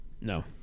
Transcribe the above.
No